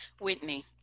Whitney